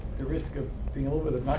the risk of being a little